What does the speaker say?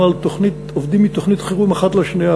עובדים מתוכנית חירום אחת לשנייה.